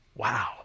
Wow